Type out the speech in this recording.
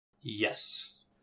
Yes